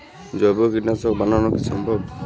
জৈব কীটনাশক বানানো কি সম্ভব?